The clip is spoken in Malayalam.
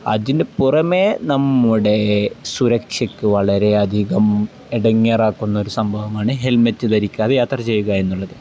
അതിൻ്റെ പുറമേ നമ്മുടെ സുരക്ഷയ്ക്കു വളരെയധികം എടങ്ങേറാക്കുന്ന ഒരു സംഭവമാണ് ഹെൽമെറ്റ് ധരിക്കാതെ യാത്ര ചെയ്യുക എന്നുള്ളത്